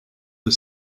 the